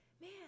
man